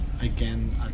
again